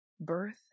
Birth